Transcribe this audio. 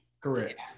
correct